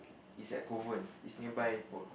it's at Kovan it's nearby po~